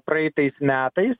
praeitais metais